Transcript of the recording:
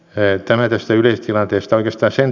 ei tämä tästä ylittivät ystadista sen